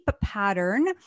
pattern